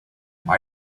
why